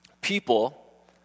people